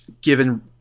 given